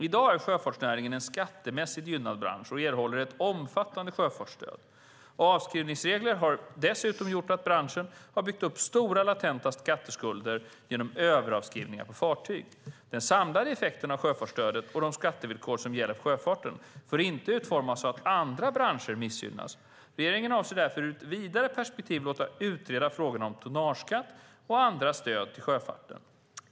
I dag är sjöfartsnäringen en skattemässigt gynnad bransch och erhåller ett omfattande sjöfartsstöd. Avskrivningsreglerna har dessutom gjort att branschen har byggt upp stora latenta skatteskulder genom överavskrivningar på fartyg. Den samlade effekten av sjöfartsstödet och de skattevillkor som gäller för sjöfarten får inte utformas så att andra branscher missgynnas. Regeringen avser därför att ur ett vidare perspektiv låta utreda frågorna om tonnageskatt och andra stöd till sjöfarten.